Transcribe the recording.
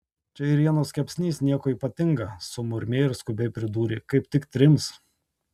čia ėrienos kepsnys nieko ypatinga sumurmėjo ir skubiai pridūrė kaip tik trims